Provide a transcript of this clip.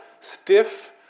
stiff